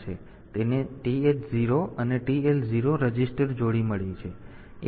તેથી તેને TH0 અને TL0 રજિસ્ટર જોડી મળી છે